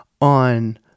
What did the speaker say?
on